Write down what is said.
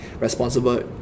responsible